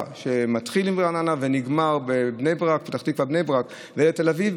שמתחיל ברעננה ונגמר בפתח תקווה בני ברק לתל אביב,